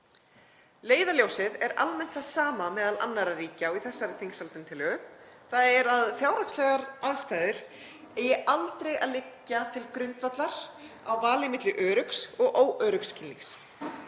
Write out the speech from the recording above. Leiðarljósið er almennt það sama meðal annarra ríkja og í þessari þingsályktunartillögu, þ.e. að fjárhagslegar aðstæður eigi aldrei að liggja til grundvallar á vali milli öruggs og óöruggs kynlífs.